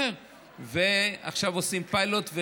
ועכשיו עושים פיילוט,